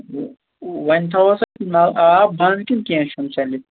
وۅنۍ تھاوہوس کِنہٕ آب بَنٛد کِنہٕ کیٚنٛہہ چھُنہٕ چلہِ